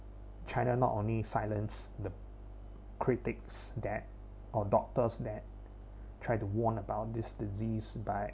china not only silence the critics that or doctors that tried to warn about this disease but